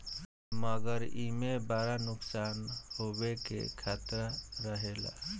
मगर एईमे बड़ा नुकसान होवे के खतरा रहेला